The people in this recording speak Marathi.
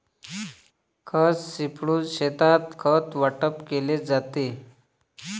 खत शिंपडून शेतात खत वाटप केले जाते